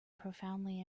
profoundly